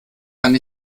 kann